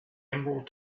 emerald